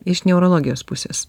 iš neurologijos pusės